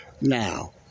Now